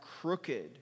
crooked